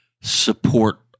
support